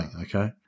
Okay